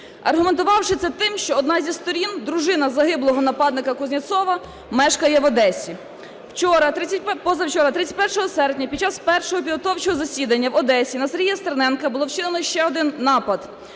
аргументувавши це тим, що одна зі сторін – дружина загиблого нападника Кузнєцова – мешкає в Одесі. Позавчора, 31 серпня, під час першого підготовчого засідання в Одесі на Сергія Стерненка було вчинено ще один напад.